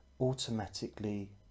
automatically